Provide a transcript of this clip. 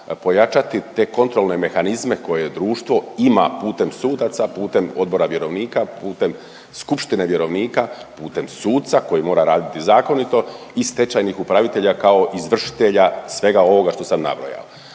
pojačati te kontrolne mehanizme koje društvo ima putem sudaca, putem odbora vjerovnika, putem skupštine vjerovnika, putem suca koji mora raditi zakonito i stečajnih upravitelja kao izvršitelja svega ovoga što sam nabrojao.